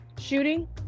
shooting